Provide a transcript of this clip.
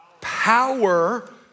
Power